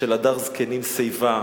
ש"והדר זקנים שיבה",